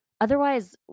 Otherwise